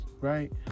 right